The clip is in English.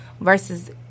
versus